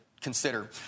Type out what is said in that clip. consider